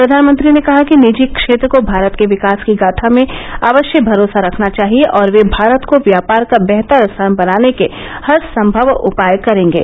प्रधानमंत्री ने कहा कि निजी क्षेत्र को भारत के विकास की गाथा में अवश्य भरोसा रखना चाहिए और वे भारत को व्यापार का बेहतर स्थान बनाने के हरसंभव उपाय करेंगे